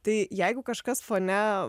tai jeigu kažkas fone